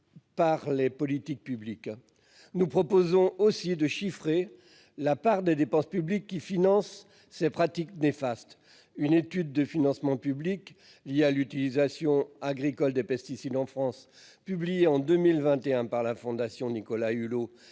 par les politiques publiques. Nous proposons aussi de chiffrer la part des dépenses publiques qui financent ces pratiques néfastes. Une étude des financements publics liés à l'utilisation agricole des pesticides en France a été publiée en 2021 par la Fondation Nicolas Hulot